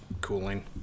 cooling